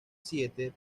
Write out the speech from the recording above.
siete